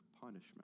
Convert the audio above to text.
punishment